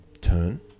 turn